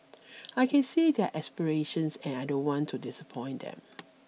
I can see their aspirations and I don't want to disappoint them